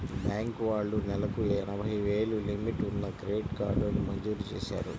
bank వాళ్ళు నెలకు ఎనభై వేలు లిమిట్ ఉన్న క్రెడిట్ కార్డుని మంజూరు చేశారు